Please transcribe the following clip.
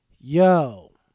yo